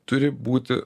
turi būti